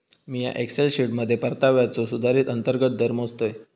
मिया एक्सेल शीटमध्ये परताव्याचो सुधारित अंतर्गत दर मोजतय